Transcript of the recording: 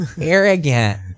arrogant